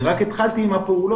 אני רק התחלתי עם הפעולות,